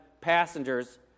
passengers